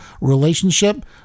relationship